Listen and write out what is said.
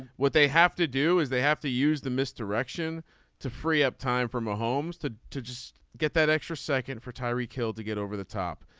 what they have to do is they have to use the misdirection to free up time for more ah homes to to just get that extra second for tyreke hill to get over the top.